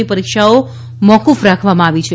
ની પરિક્ષાઓ મોકૂફ રાખવામાં આવી છે